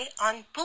on